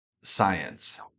Science